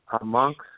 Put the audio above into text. amongst